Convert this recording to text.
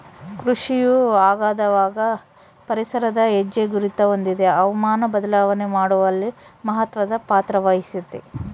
ಕೃಷಿಯು ಅಗಾಧವಾದ ಪರಿಸರದ ಹೆಜ್ಜೆಗುರುತ ಹೊಂದಿದೆ ಹವಾಮಾನ ಬದಲಾವಣೆ ಮಾಡುವಲ್ಲಿ ಮಹತ್ವದ ಪಾತ್ರವಹಿಸೆತೆ